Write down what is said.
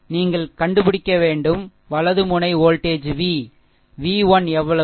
நீங்கள் கண்டுபிடிக்க வேண்டும் வலது முனை வோல்ட் வி v 1 எவ்வளவு